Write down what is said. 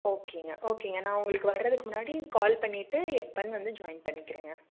ஓகேங்க ஓகேங்க நான் உங்களுக்கு வர்றதுக்கு முன்னாடி கால் பண்ணிவிட்டு எப்போன்னு வந்து ஜாயின் பண்ணிக்கிறேங்க